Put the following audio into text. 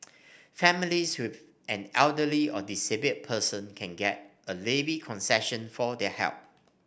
families with an elderly or disabled person can get a levy concession for their help